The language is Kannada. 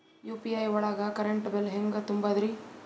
ಯು.ಪಿ.ಐ ಒಳಗ ಕರೆಂಟ್ ಬಿಲ್ ಹೆಂಗ್ ತುಂಬದ್ರಿ?